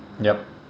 yup